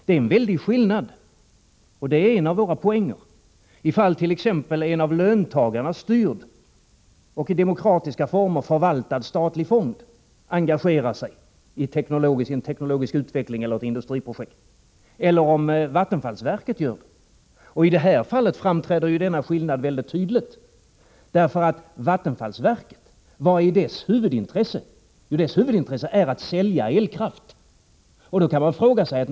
Det är en stor skillnad — det är en av våra poänger — om en av löntagarna styrd och i demokratiska former förvaltad statlig fond engagerar sig i en teknologisk utveckling eller i ett industriprojekt eller om vattenfallsverket gör det. I det här fallet framträder denna skillnad mycket tydligt, eftersom man kan fråga sig vad vattenfallsverkets huvudintresse är. Det är att sälja elkraft.